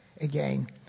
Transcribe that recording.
again